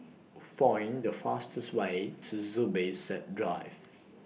Find The fastest Way to Zubir Said Drive